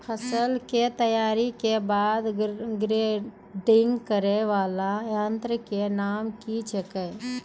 फसल के तैयारी के बाद ग्रेडिंग करै वाला यंत्र के नाम की छेकै?